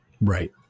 Right